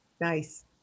Nice